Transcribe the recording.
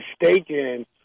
mistaken